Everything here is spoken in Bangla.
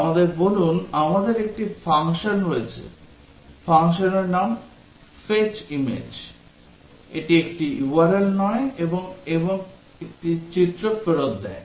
আমাদের বলুন আমাদের একটি ফাংশন রয়েছে ফাংশনের নাম Fetch image এটি একটি URL নেয় এবং একটি চিত্র ফেরত দেয়